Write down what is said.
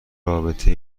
رابطه